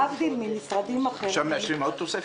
מאשרים עכשיו עוד תוספת?